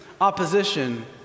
opposition